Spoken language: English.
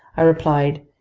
i replied,